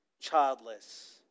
childless